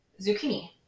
zucchini